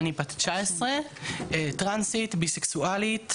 אני בת 19. טרנסית, ביסקסואלית.